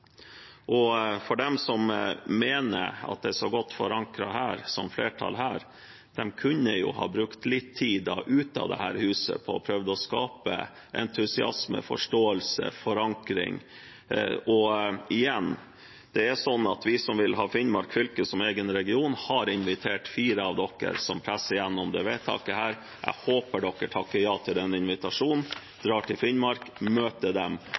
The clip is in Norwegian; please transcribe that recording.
Og de som mener at det er så godt forankret her, som er i flertall her, kunne ha brukt litt tid ute av dette huset på å prøve å skape entusiasme, forståelse, forankring. Igjen: Det er sånn at vi som vil ha Finnmark fylke som egen region, har invitert fire av dere som presser gjennom dette vedtaket. Jeg håper dere takker ja til den invitasjonen, drar til Finnmark, møter folk og i hvert fall har såpass respekt at dere hører på dem.